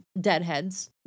Deadheads